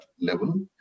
level